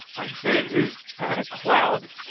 i say, is that a cloud?